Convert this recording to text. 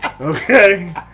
Okay